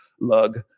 lug